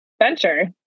venture